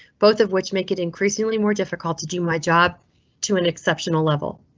both of which make it increasingly more difficult to do my job to an exceptional level.